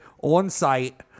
on-site